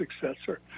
successor